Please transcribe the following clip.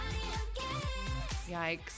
Yikes